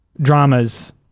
dramas